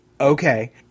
Okay